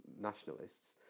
nationalists